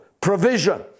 provision